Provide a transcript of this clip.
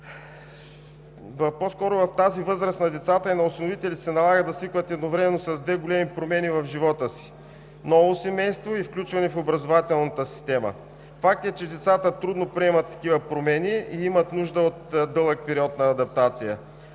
В тази възраст на децата и на осиновителите се налага да свикват едновременно с две големи промени в живота си – ново семейство, и включване в образователната система. Факт е, че децата трудно приемат такива промени и имат нужда от дълъг период на адаптация.